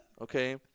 Okay